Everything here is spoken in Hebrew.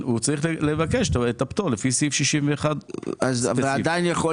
מי שאין לו צריך לבקש את הפטור לפי סעיף 61. ועדיין הוא יכול